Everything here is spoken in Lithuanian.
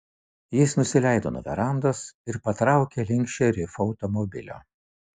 jis nusileido nuo verandos ir patraukė link šerifo automobilio